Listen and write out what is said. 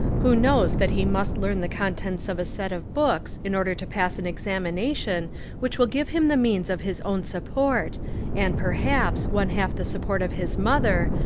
who knows that he must learn the contents of a set of books in order to pass an examination which will give him the means of his own support and, perhaps, one half the support of his mother,